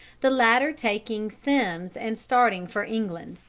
the latter taking semmes and starting for england.